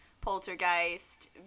poltergeist